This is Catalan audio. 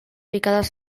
picades